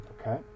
Okay